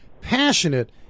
passionate